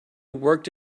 worked